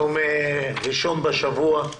היום יום ראשון בשבוע,